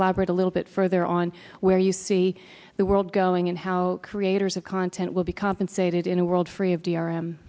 elaborate a little bit further on where you see the world going and how creators of content will be compensated in a world free of d r m